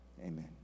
Amen